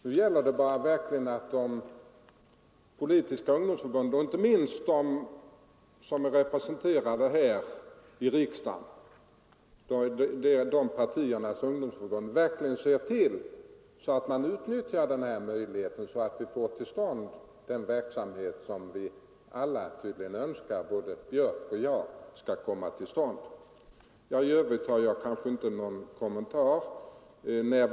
Nu gäller det bara att de politiska ungdomsförbunden och inte minst de som är representerade här i riksdagen verkligen ser till att man utnyttjar denna möjlighet att bedriva sådan mötesverksamhet som tydligen både herr Björk i Gävle och jag önskar skall komma till stånd. I övrigt har jag inte någon kommentar att göra.